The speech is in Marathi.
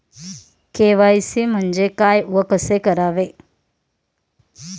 के.वाय.सी म्हणजे काय व कसे करावे?